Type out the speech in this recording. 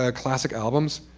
ah classic albums.